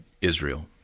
Israel